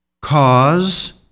cause